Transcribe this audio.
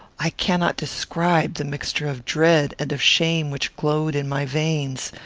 i cannot describe the mixture of dread and of shame which glowed in my veins.